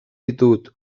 ditut